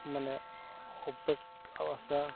ᱢᱟᱱᱮ ᱚᱯᱮᱠᱠᱷᱟ ᱟᱥᱟ